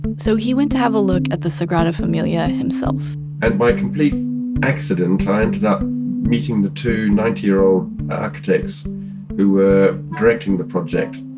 so he went to have a look at the sagrada familia himself and by complete accident, i ended up meeting the two ninety year old architects who were directing the project,